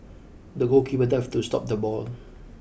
the goalkeeper dived to stop the ball